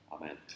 Amen